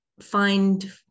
find